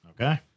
Okay